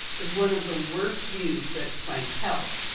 as one of the worst views that planck held.